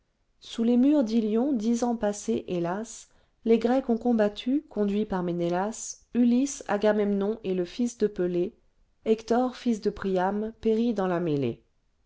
sous les murs d'ilion dix ans passés bêlas les grecs ont combattu conduits par ménélas ulysse agamemnon et le fils de pelée hector fils de priam périt dans la mêlée